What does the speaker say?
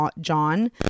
John